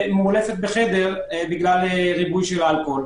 מעולפת בחדר בגלל ריבוי אלכוהול.